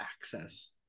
access